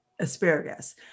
asparagus